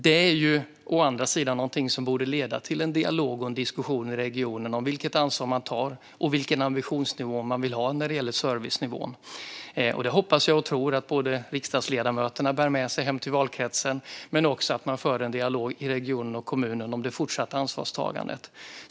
Det är å andra sidan något som borde leda till en dialog och diskussion i regionen om vilket ansvar man tar och vilken ambitionsnivå man vill ha när det gäller servicenivån. Jag hoppas och tror att riksdagsledamöterna bär med sig detta hem till valkretsen och att man också för en dialog i regionen och kommunen om det fortsatta ansvarstagandet.